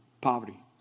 poverty